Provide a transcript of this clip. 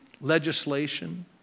legislation